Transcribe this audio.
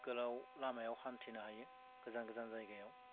गोलाव लामायाव हान्थिनो हायो गोजान गोजान जायगायाव